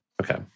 Okay